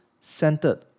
centered